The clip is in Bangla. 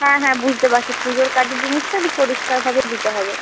হ্যাঁ হ্যাঁ বুঝতে পারছি পুজোর কাজের জিনিস তো একটু পরিষ্কারভাবে দিতে হবে